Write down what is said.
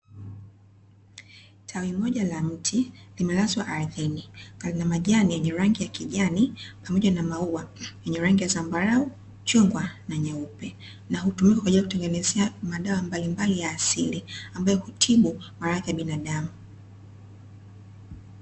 Tawi moja la mti limenaswa ardhini na lina majani yenye rangi ya kijani pamoja na maua yenye rangi ya dhambarau, chungwa na nyeupe na hutumika kwa ajili kutengenezea madawa mbalimbali ya asili ambayo hutibu maradhi ya binadamu.